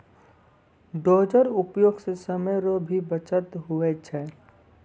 dozer उपयोग से समय रो भी बचत हुवै छै